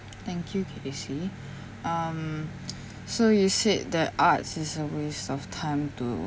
thank you kacey um so you said that arts is a waste of time to